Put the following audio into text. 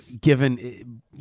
given